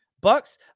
bucks